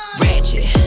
ratchet